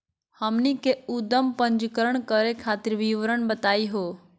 हमनी के उद्यम पंजीकरण करे खातीर विवरण बताही हो?